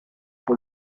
kuba